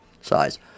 size